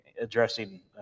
addressing